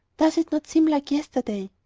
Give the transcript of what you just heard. does it not seem like yesterday?